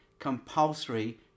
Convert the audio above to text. Compulsory